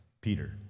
Peter